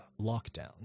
lockdown